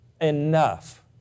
enough